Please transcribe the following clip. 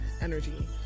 energy